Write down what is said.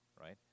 Right